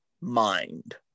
mind